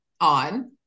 on